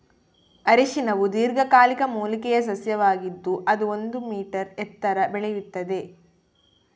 ಅರಿಶಿನವು ದೀರ್ಘಕಾಲಿಕ ಮೂಲಿಕೆಯ ಸಸ್ಯವಾಗಿದ್ದು ಅದು ಒಂದು ಮೀ ಎತ್ತರ ಬೆಳೆಯುತ್ತದೆ